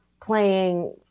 playing